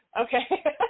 Okay